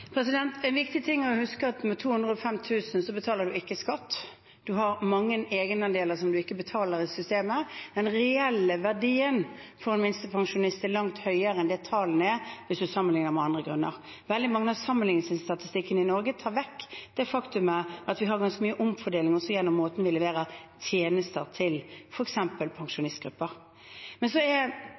En viktig ting å huske er at med 205 000 kr i inntekt betaler man ikke skatt. Det er mange egenandeler som man ikke betaler i systemet. Den reelle verdien for en minstepensjonist er langt høyere enn det tallene er hvis man sammenlikner med andre grunnlag. Mye av sammenlikningsstatistikken i Norge tar vekk det faktumet at vi har ganske mye omfordeling gjennom den måten vi leverer tjenester til f.eks. pensjonistgrupper.